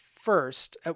first